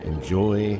Enjoy